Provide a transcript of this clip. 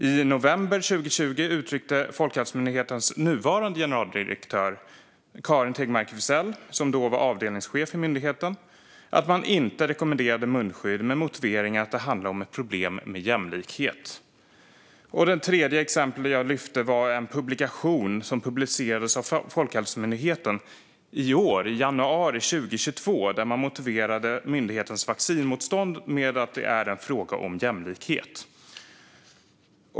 I november 2020 uttryckte så Folkhälsomyndighetens nuvarande generaldirektör Karin Tegmark Wisell, som då var avdelningschef på myndigheten, att man inte rekommenderade munskydd, detta med motiveringen att det handlar om ett problem med jämlikhet. Det tredje exemplet jag lyfte var en publikation från Folkhälsomyndigheten i januari 2022 där man motiverade myndighetens vaccinmotstånd med att det är en fråga om jämlikhet.